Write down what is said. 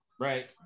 Right